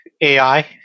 AI